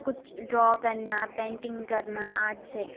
کچھ ڈرا کرنا پینٹنگ کرنا آرٹس ہے